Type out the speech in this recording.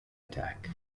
attack